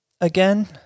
again